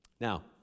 Now